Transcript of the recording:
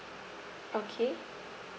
okay